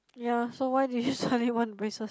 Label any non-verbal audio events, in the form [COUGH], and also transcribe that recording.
ya so why do you [LAUGHS] suddenly want braces